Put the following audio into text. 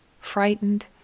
frightened